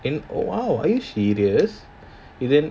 !wow! are you serious